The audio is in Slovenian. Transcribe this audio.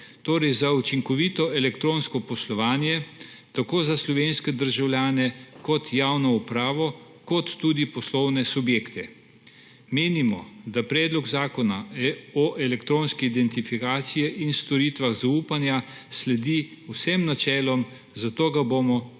torej za učinkovito elektronsko poslovanje tako za slovenske državljane kot za javno upravo, kot tudi za poslovne subjekte. Menimo, da Predlog zakona o elektronski identifikaciji in storitvah zaupanja sledi vsem načelom, zato ga bomo